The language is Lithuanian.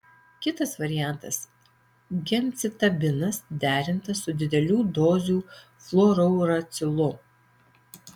kitas variantas gemcitabinas derintas su didelių dozių fluorouracilu